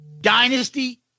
Dynasty